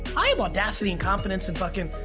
i have audacity, and confidence, and fucking,